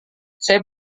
saya